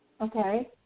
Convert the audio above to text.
Okay